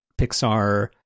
pixar